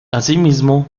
asimismo